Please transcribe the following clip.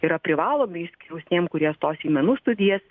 yra privalomi išskyrus tiem kurie stos į menų studijas